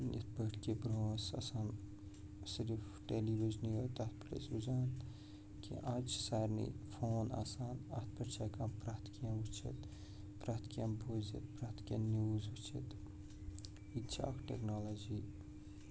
یِتھٕ پٲٹھۍ کہِ برٛونٛہہ ٲسۍ آسان صِرف ٹیلی وِجنٕے اوت تَتھ پٮ۪ٹھ ٲسۍ وُچھان کیٚنٛہہ اَز چھِ سارنٕے فون آسان اَتھ پٮ۪ٹھ چھِ ہٮ۪کان پرٛتھ کیٚنٛہہ وُچھِتھ پرٛتھ کیٚنٛہہ بوٗزِتھ پرٛتھ کیٚنٛہہ نِوز وُچھِتھ یہِ تہِ چھِ اَکھ ٹٮ۪کنالجی